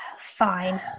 Fine